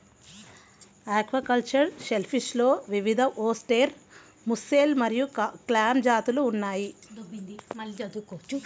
aquacultured షెల్ఫిష్లో వివిధఓస్టెర్, mussel మరియు క్లామ్ జాతులు ఉన్నాయి